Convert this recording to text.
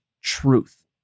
truth